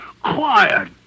Quiet